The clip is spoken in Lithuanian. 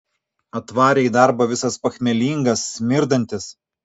atvarė į darbą visas pachmielingas smirdantis